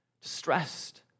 distressed